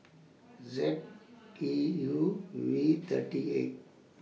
Z E U V thirty eight